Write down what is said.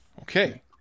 Okay